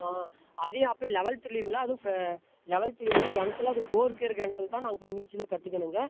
அதையும் அப்போ லவெல்த் லீவில் அதுவும் லவல்த் லீவில் கிணத்துல அதுவும் போரிருக்க கிணத்துலதான் நாங்கள் போய் நீச்சல் கற்றுக்கினோங்க